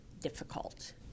difficult